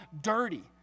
dirty